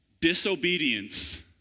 disobedience